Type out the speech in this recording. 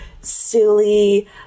silly